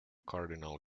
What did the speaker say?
cardinal